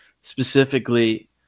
specifically